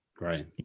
Right